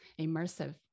immersive